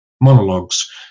monologues